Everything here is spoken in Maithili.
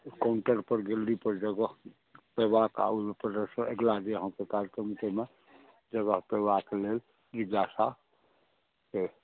काउण्टर पर गैलरी पर जगह पयबाक अगला जे अहाँ कार्यक्रम हेतै ताहिमे करबाके लेल जिज्ञासा छै